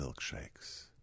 milkshakes